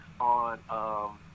on